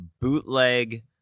bootleg